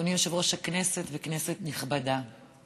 אדוני יושב-ראש הכנסת וכנסת נכבדה,